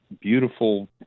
beautiful